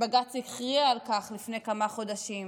שבג"ץ הכריע על כך לפני כמה חודשים,